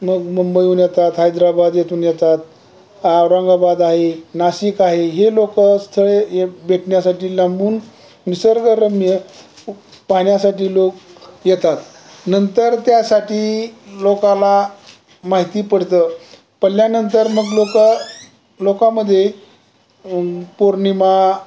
मग मुंबई हुन येतात हैद्राबाद येथून येतात औरंगाबाद आहे नाशिक आहे हे लोकं स्थळे हे भेटण्यासाठी लांबून निसर्गरम्य पाहण्यासाठी लोक येतात नंतर त्यासाठी लोकाला माहिती पडतं पडल्यानंतर मग लोकं लोकांमध्ये पौर्णिमा